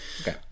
Okay